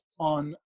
on